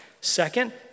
Second